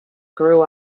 grew